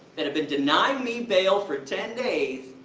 that have been denying me bail for ten days,